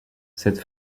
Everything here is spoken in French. cette